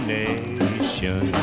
nation